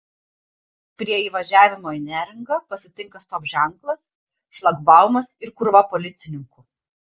prie įvažiavimo į neringą pasitinka stop ženklas šlagbaumas ir krūva policininkų